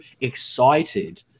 excited